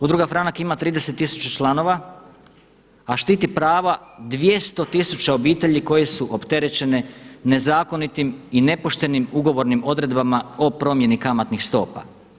Udruga FRANAK ima 30 tisuća članova a štiti prava 200 tisuća obitelji koje su opterećene nezakonitim i nepoštenim ugovornim odredbama o promjeni kamatnih stopa.